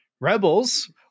Rebels